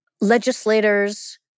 legislators